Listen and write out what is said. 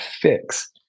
fix